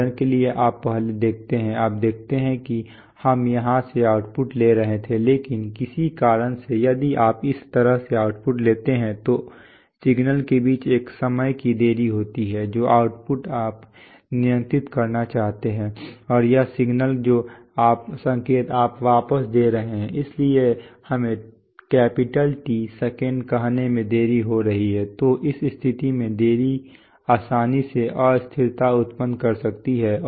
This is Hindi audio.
उदाहरण के लिए आप पहले देखते हैं आप देखते हैं कि हम यहां से आउटपुट ले रहे थे लेकिन किसी कारण से यदि आप इस तरह से आउटपुट लेते हैं तो इस सिग्नल के बीच एक समय की देरी होती है जो आउटपुट आप नियंत्रित करना चाहते हैं और यह सिग्नल जो संकेत आप वापस दे रहे हैं इसलिए हमें T सेकंड कहने में देरी हो रही है उस स्थिति में देरी आसानी से अस्थिरता उत्पन्न कर सकती है